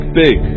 big